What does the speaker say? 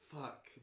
Fuck